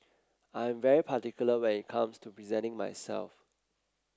I am very particular when it comes to presenting myself